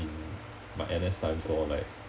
in my N_S times lor like